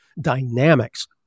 dynamics